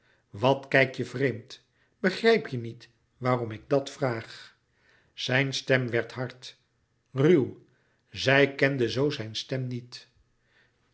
wat kijk je vreemd begrijp je niet waarom ik dat vraag zijn stem werd hard ruw zij kende zoo zijn stem niet